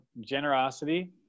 generosity